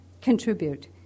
contribute